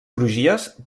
crugies